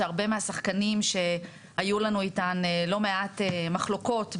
שהרבה מהשחקנים שהיו לנו איתם לא מעט מחלוקות בעבר,